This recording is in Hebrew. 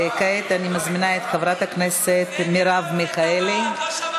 קסניה מה עם הכוס?